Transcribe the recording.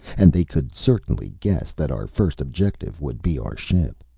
and they could certainly guess that our first objective would be our ship.